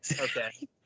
Okay